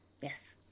Yes